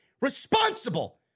responsible